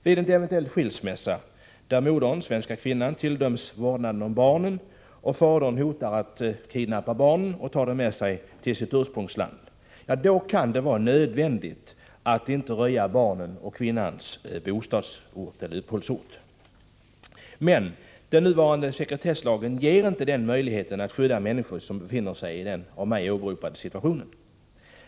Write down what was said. Vid en eventuell skilsmässa, där den svenska kvinnan tilldöms vårdnaden om barnen och fadern hotar att kidnappa barnen och ta dem med sig till sitt ursprungsland, kan det vara nödvändigt att inte röja barnens och kvinnans uppehållsort. Men den nuvarande sekretesslagen ger inte möjlighet att skydda människor som befinner sig i den av mig åberopade situationen.